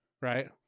right